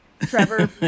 Trevor